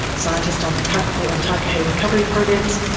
scientist on the kakapo and takahe recovery programs,